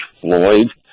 Floyd